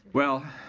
well.